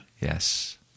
yes